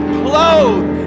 clothed